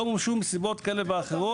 לא מומשו מסיבות כאלה ואחרות.